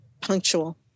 punctual